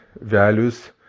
values